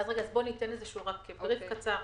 אני אתן איזשהו בריף קצר.